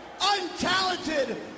untalented